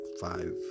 five